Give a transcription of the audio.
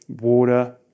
water